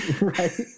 Right